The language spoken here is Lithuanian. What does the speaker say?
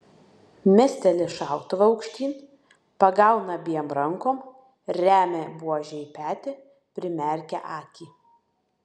mesteli šautuvą aukštyn pagauna abiem rankom remia buožę į petį primerkia akį